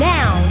Now